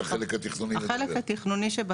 לפי התוכנית המפורטת הראשונה שאושרה לגבי המקרקעין